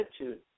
attitude